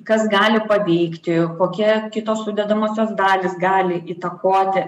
kas gali paveikti kokia kitos sudedamosios dalys gali įtakoti